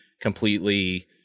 completely